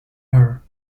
her